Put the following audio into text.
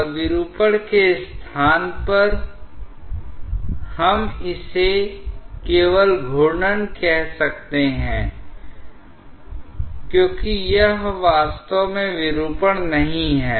और विरूपण के स्थान पर हम इसे केवल घूर्णन कह सकते हैं क्योंकि यह वास्तव में विरूपण नहीं है